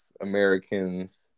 Americans